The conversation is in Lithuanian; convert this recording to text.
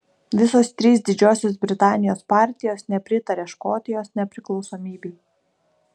visos trys didžiosios britanijos partijos nepritaria škotijos nepriklausomybei